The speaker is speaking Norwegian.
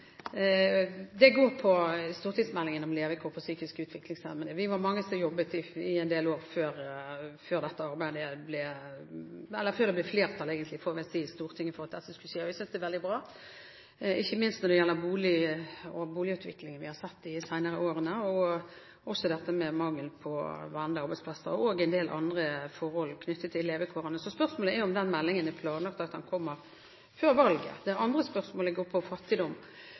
Det går på stortingsmeldingen om levekår for psykisk utviklingshemmede. Vi var mange som jobbet i en del år før det ble flertall i Stortinget for dette arbeidet og det som skulle skje. Jeg synes det er veldig bra, ikke minst når det gjelder boliger og boligutviklingen vi har sett de senere årene, når det gjelder mangel på vanlige arbeidsplasser og en del andre forhold knyttet til levekårene. Så spørsmålet er om det er planlagt at den meldingen kommer før valget. Det andre spørsmålet går på fattigdom,